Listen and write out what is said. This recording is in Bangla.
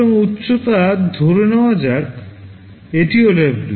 সুতরাং উচ্চতা ধরে নেওয়া যাক এটিও W